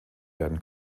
werden